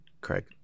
craig